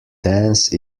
dance